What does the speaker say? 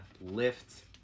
lift